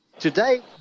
Today